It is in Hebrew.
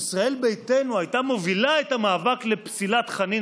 ישראל ביתנו הייתה מובילת המאבק לפסילת חנין